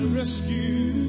rescue